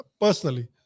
personally